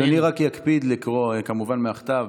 אדוני רק יקפיד לקרוא כמובן מהכתב.